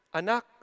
anak